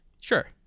Sure